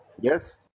Yes